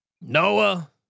Noah